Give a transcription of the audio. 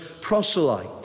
proselyte